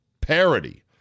parody